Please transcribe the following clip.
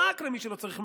רק למי שלא צריך.